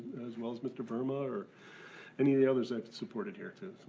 as well as mr. verma or any of the others i've supported here too.